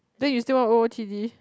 then you skill want o_o_t_d